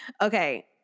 Okay